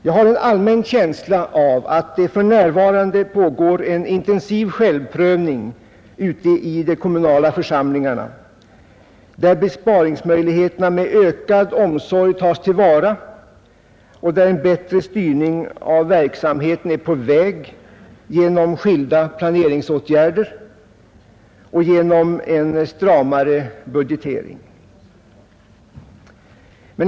Jag har en allmän känsla av att det för närvarande pågår en intensiv självprövning ute i de kommunala församlingarna, där besparingsmöjligheterna med ökad omsorg tas till vara och där en bättre styrning av verksamheten är på väg genom skilda planeringsåtgärder och genom en stramare budgetering.